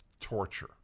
torture